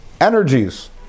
energies